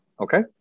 Okay